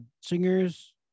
singers